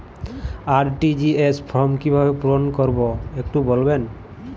RTGS form কিভাবে পূরণ করবো একটু বলবেন?